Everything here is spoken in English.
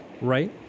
Right